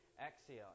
Exhale